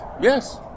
Yes